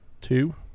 two